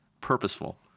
purposeful